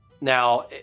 Now